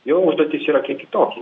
jo užduotis yra kiek kitokia